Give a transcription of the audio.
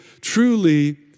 truly